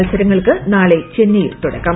മത്സരങ്ങൾക്ക് നാളെ ചെന്നൈയിൽ തുടക്കം